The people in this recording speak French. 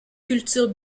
cultures